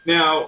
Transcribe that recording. Now